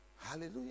Hallelujah